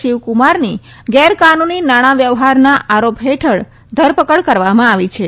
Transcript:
શિવકુમારની ગેરકાનૂની નાણાં વ્યવહારના આરોપ હેઠળ ધરપકડ કરવામાં આવી છે